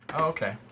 Okay